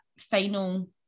final